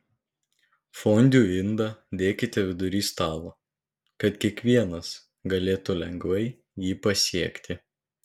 fondiu indą dėkite vidury stalo kad kiekvienas galėtų lengvai jį pasiekti